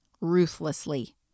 ruthlessly